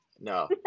No